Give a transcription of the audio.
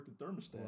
thermostat